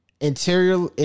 Interior